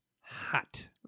Hot